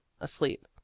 asleep